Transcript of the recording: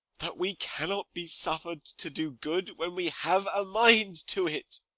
that we cannot be suffer'd to do good when we have a mind to it!